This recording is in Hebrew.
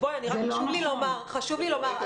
חשוב לי לומר,